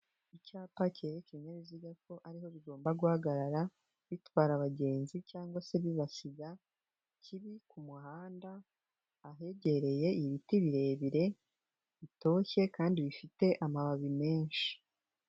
Icyapa cyereka ikinyabiziga ko ariho bigomba guhagarara bitwara abagenzi cyangwa se bibasiga kiri ku muhanda ahegereye ibiti birebire bitoshye kandi bifite amababi menshi.